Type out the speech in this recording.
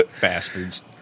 Bastards